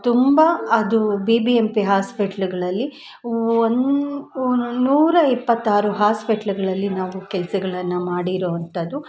ತುಂಬ ಅದು B B M P ಹಾಸ್ಪೆಟ್ಲ್ಗಳಲ್ಲಿ ಒಂದು ನೂರ ಇಪ್ಪತ್ತಾರು ಹಾಸ್ಪೆಟ್ಲ್ಗಳಲ್ಲಿ ನಾವು ಕೆಲಸಗ್ಳನ್ನ ಮಾಡಿರೋಂಥದ್ದು